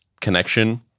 connection